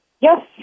Yes